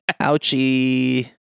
Ouchie